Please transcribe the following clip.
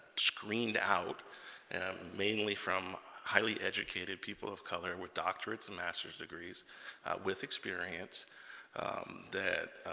screened out mainly from highly educated people of color with doctorates and master's degrees with experience that